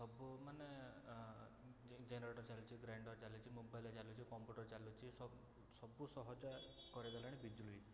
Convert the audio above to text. ସବୁ ମାନେ ଯେ ଜେନେରେଟର ଚାଲିଛି ଗ୍ରାଇଣ୍ଡର ଚାଲିଛି ମୋବାଇଲ ଚାଲୁଛି କମ୍ପ୍ୟୁଟର ଚାଲୁଛି ସବ ସବୁ ସହଜ କରେଇ ଦେଲାଣି ବିଜୁଳି